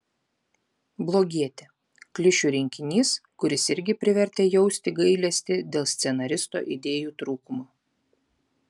blogietė klišių rinkinys kuris irgi privertė jausti gailesti dėl scenaristo idėjų trūkumo